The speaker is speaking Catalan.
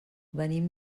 venim